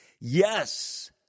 yes